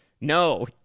No